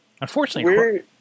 unfortunately